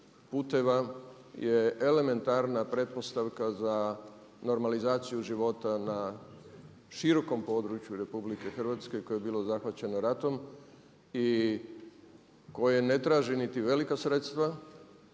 puteva je elementarna pretpostavka za normalizaciju života na širokom području RH koje je bilo zahvaćeno ratom i koje ne traži niti velika sredstva,